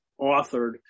authored